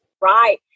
Right